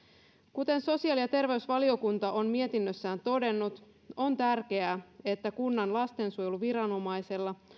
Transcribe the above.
kuten sosiaali ja terveysvaliokunta on mietinnössään todennut on tärkeää että kunnan lastensuojeluviranomaisella